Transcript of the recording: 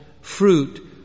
fruit